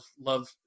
love